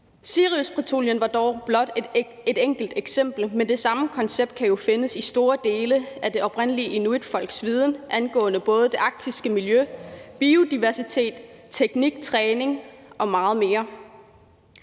Siriuspatruljen var dog blot et enkelt eksempel, men det samme koncept kan jo findes i store dele af det oprindelige inuitfolks viden angående både det arktiske miljø, biodiversitet, teknik, træning og meget mere.